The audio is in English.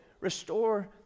Restore